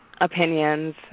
opinions